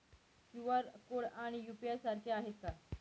QR code आणि UPI सारखे आहेत का?